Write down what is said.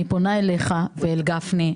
אני פונה אליך ואל גפני.